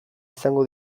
izango